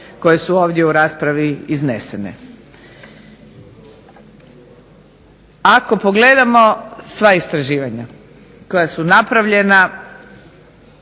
koje su ovdje u raspravi iznesene. Ako pogledamo sva istraživanja koja su napravljena,